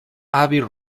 abbey